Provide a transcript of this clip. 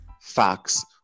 facts